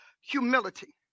humility